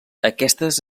aquestes